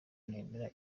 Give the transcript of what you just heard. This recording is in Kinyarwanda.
nemera